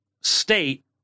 state